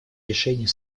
решений